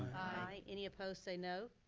aye. any opposed, say no.